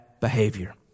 behavior